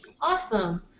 Awesome